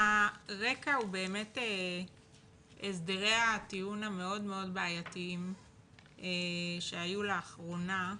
הרקע הוא באמת הסדרי הטיעון המאוד מאוד בעייתיים שהיו לאחרונה,